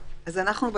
נדרש,